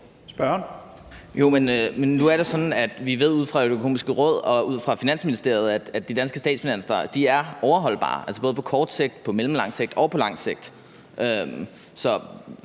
at vi fra Det Økonomiske Råd og fra Finansministeriet ved, at de danske statsfinanser er overholdbare både på kort sigt, på mellemlang sigt og på lang sigt.